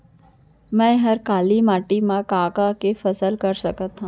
मै ह काली माटी मा का का के फसल कर सकत हव?